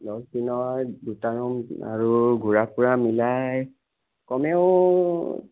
দহদিনৰ দুটা ৰুম আৰু ঘূৰা ফুৰা মিলাই কমেও